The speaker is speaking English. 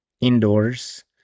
indoors